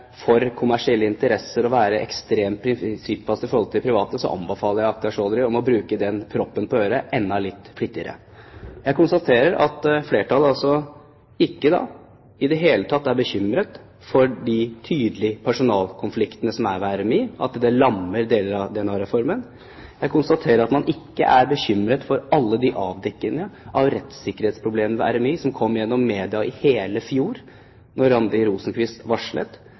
for kommersielle interesser og være ekstremt prinsippfast i forhold til private, anbefaler jeg Akhtar Chaudhry å bruke den proppen på øret enda litt flittigere. Jeg konstaterer at flertallet da ikke i det hele tatt er bekymret over de tydelige personkonfliktene som er ved RMI, at det lammer deler av DNA-reformen. Jeg konstaterer at man ikke er bekymret over alle de avdekkingene av rettssikkerhetsproblemer ved RMI som kom gjennom media i hele fjor, da Randi Rosenqvist varslet.